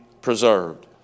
preserved